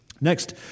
Next